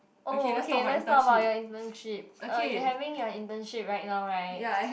oh okay let's talk about your internship uh you're having your internship right now right